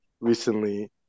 recently